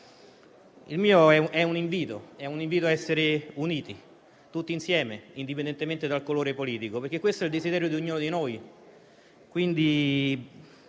di noi. Il mio è un invito a essere uniti tutti insieme, indipendentemente dal colore politico, perché questo è il desiderio di ognuno di noi.